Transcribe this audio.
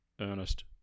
Ernest